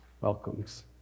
welcomes